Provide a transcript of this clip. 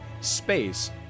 space